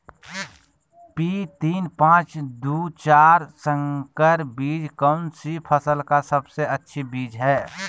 P तीन पांच दू चार संकर बीज कौन सी फसल का सबसे अच्छी बीज है?